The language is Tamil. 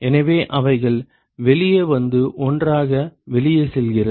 எனவே அவைகள் வெளியே வந்து ஒன்றாக வெளியே செல்கிறது